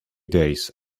days